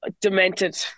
demented